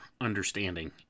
understanding